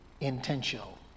intentional